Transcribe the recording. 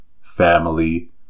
family